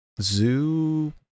Zoo